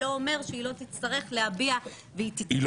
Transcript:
לא אומר שהיא לא תצטרך להביע --- היא לא